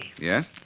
Yes